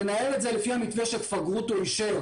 ננהל את זה לפי המתווה שגרוטו כבר אישר